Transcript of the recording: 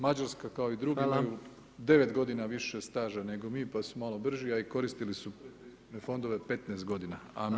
Mađarska kao [[Upadica: Hvala.]] i drugi imaju 9 godina više staža nego mi, pa su malo brži, a i koristili su fondove 15 godina…